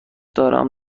دارم